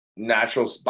natural